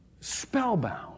spellbound